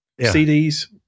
CDs